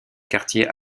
quartiers